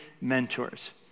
mentors